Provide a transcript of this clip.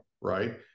right